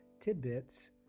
tidbits